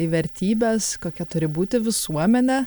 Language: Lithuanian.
į vertybes kokia turi būti visuomene